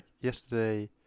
Yesterday